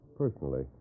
personally